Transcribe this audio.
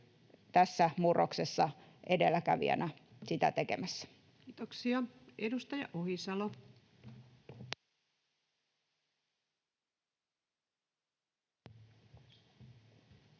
tässä murroksessa edelläkävijänä sitä tekemässä. Kiitoksia. — Edustaja Ohisalo. Arvoisa